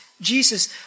Jesus